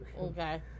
okay